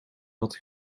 dat